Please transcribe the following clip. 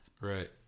Right